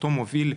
אותו מוביל,